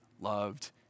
loved